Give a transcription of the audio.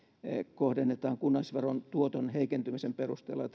kohdennetaan kunnallisveron tuoton heikentymisen perusteella ja